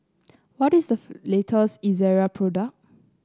what is the latest Ezerra product